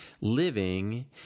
living